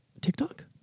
TikTok